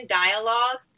dialogue